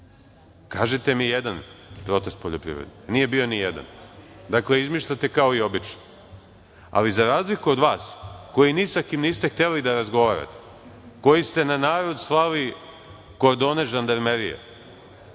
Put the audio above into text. Kažite mi jedan protest poljoprivrednika? Nije bio ni jedan. Dakle, izmišljate kao i obično. Ali, za razliku od vas, koji ni sa kim niste hteli da razgovarate, koji ste na narod slali kordone žandarmerije,